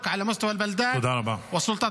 תודה רבה.